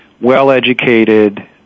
well-educated